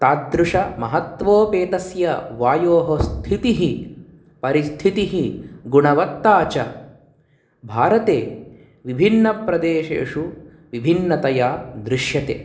तादृशमहत्वोपेतस्य वायोः स्थितिः परिस्थितिः गुणवत्ता च भारते विभिन्नप्रदेशेषु विभिन्नतया दृश्यते